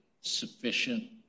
sufficient